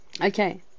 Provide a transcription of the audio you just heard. Okay